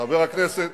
מה עם היישום?